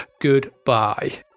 goodbye